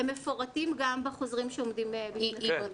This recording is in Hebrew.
הם מפורטים גם בחוזרים שעומדים להתפרסם.